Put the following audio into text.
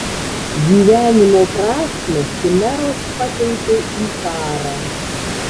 gyvenimo prasmę chimeros pakeitė į karą